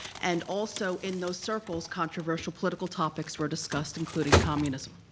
and also in those circles controversial political topics were discussed, including communism.